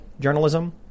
journalism